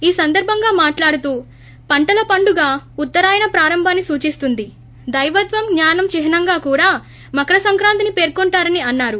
ఈ సందర్బంగా మాట్లాడుతూ పంటల పండుగ ఉత్తరాయణ ప్రారంభాన్ని సూచిస్తుంది దైవత్వం జ్ఞానం చిహ్నంగా కూడా మకర సంక్రాంతిని పేర్కొంటారని అన్నారు